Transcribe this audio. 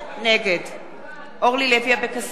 נגד אורלי לוי אבקסיס,